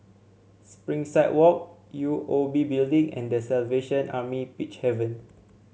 Springside Walk U O B Building and The Salvation Army Peacehaven